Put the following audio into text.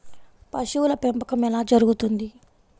పశువుల పెంపకం ఎలా జరుగుతుంది?